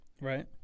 Right